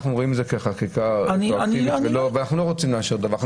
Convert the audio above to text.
אנחנו רואים את זה כחקיקה רטרואקטיבית ואנחנו לא רוצים לאשר דבר כזה?